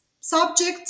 subject